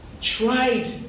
tried